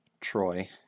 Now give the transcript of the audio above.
Troy